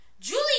Julie